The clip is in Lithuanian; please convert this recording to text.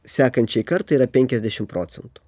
sekančiai kartai yra penkiasdešim procentų